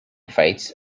fights